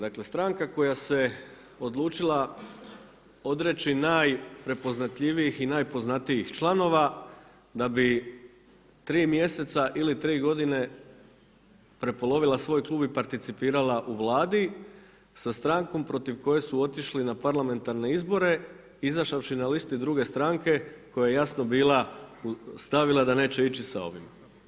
Dakle stranka koja se odlučila odreći najprepoznatljivijih i najpoznatijih članova, da bi tri mjeseca ili tri godine prepolovila svoj Klub i participirala u Vladi sa strankom protiv koje su otišli na parlamentarne izbore izašavši na listi druge stranke koja je jasno bila, stavila da neće ići sa ovim.